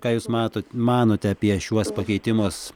ką jūs matot manote apie šiuos pakeitimus